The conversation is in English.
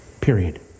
Period